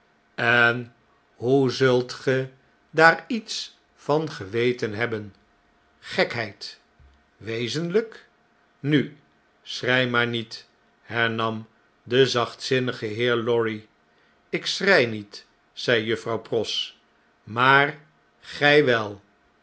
en hoe zult ge daar iets van geweten hebben gekheid wezenlp nu schrei maar niet hernam de zachtzinnige heer lorry ik schrei niet zei juffrouw pross maar g jj wel